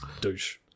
douche